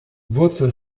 wurzel